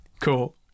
Cool